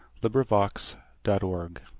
LibriVox.org